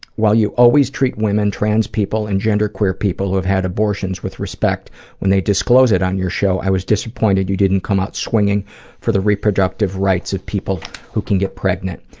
while you always treat women, transpeople, and genderqueer people who have had abortions with respect when they disclose it on your show, i was disappointed you didn't come out swinging for the reproductive rights of people who can get pregnant.